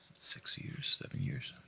six years, seven years.